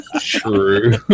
True